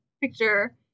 picture